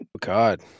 God